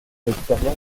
l’extérieur